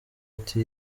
ati